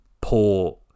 poor